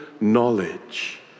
knowledge